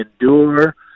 endure